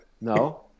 No